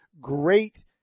great